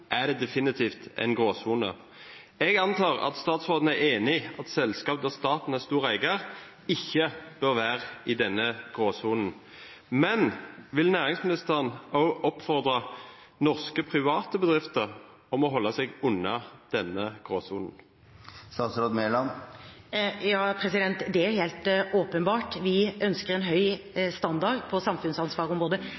er det definitivt en gråsone. Jeg antar at statsråden er enig i at selskap der staten er stor eier, ikke bør være i denne gråsonen. Vil næringsministeren også oppfordre norske private bedrifter om å holde seg unna denne gråsonen? Ja, det er helt åpenbart, vi ønsker en høy